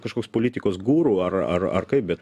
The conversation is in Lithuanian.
kažkoks politikos guru ar ar ar kaip bet